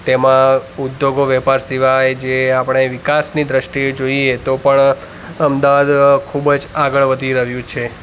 તેમાં ઉદ્યોગો વેપાર સિવાય જે આપણે વિકાસની દૃષ્ટિએ જોઈએ તો પણ અમદાવાદ ખૂબ જ આગળ વધી રહ્યું છે